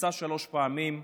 נפצע שלוש פעמים,